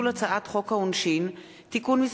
הצעת חוק חינוך ממלכתי (תיקון,